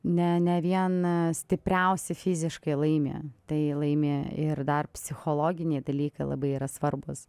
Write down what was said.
ne ne vien stipriausi fiziškai laimi tai laimi ir dar psichologiniai dalykai labai yra svarbūs